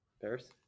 Paris